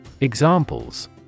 Examples